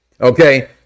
okay